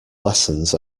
lessons